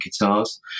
Guitars